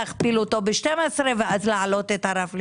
להכפיל אותו ב-12 ואז להעלות את הרף לשם.